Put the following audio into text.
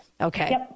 Okay